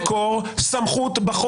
את עצמכם כגורם ללא מקור סמכות בחוק.